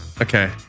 okay